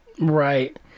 right